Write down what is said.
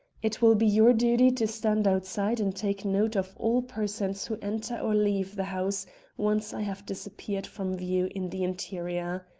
it will be your duty to stand outside and take note of all persons who enter or leave the house once i have disappeared from view in the interior.